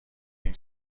این